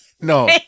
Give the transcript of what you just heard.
no